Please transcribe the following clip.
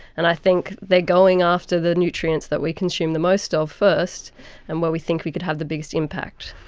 and i think they are going after the nutrients that we consume the most of first and where we think we could have the biggest impact.